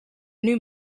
new